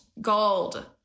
gold